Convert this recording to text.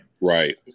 Right